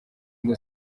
ngo